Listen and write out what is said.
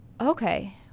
okay